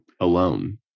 alone